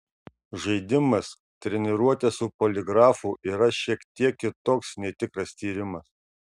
žaidimas treniruotė su poligrafu yra šiek tiek kitoks nei tikras tyrimas